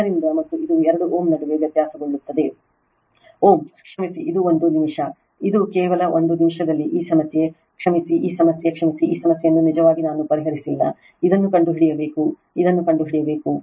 ಆದ್ದರಿಂದ ಮತ್ತು ಇದು 2 Ω ನಡುವೆ ವ್ಯತ್ಯಾಸಗೊಳ್ಳುತ್ತದೆ Ω ಕ್ಷಮಿಸಿ ಇದು ಒಂದು ನಿಮಿಷ ಇದು ಕೇವಲ ಒಂದು ನಿಮಿಷದಲ್ಲಿ ಈ ಸಮಸ್ಯೆ ಕ್ಷಮಿಸಿ ಈ ಸಮಸ್ಯೆ ಕ್ಷಮಿಸಿ ಈ ಸಮಸ್ಯೆಯನ್ನು ನಿಜವಾಗಿ ನಾನು ಪರಿಹರಿಸಿಲ್ಲ ಇದನ್ನು ಕಂಡುಹಿಡಿಯಬೇಕು ಇದನ್ನು ಕಂಡುಹಿಡಿಯಬೇಕು